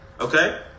Okay